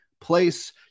place